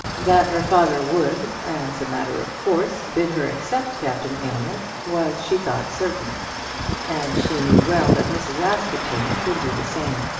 that her father would, as a matter of course, bid her accept captain aylmer, was, she thought, certain and she knew well that mrs. askerton would do the same.